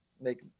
make